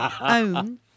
own